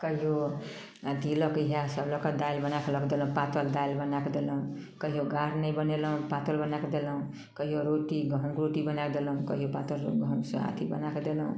कहियो अथी लऽ कऽ इहए सब लऽ कऽ दालि बनाए कऽ लऽ कऽ देलहुँ पातल दालि बनाए कऽ देलहुँ कहियो गाढ़ नहि बनेलहुँ पातर बनाए कऽ देलहुँ कहियो रोटी गहूँमके रोटी बनाए कऽ देलहुँ कहियो पातर सहए अथी बनाए कऽ देलहुँ